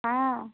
हँ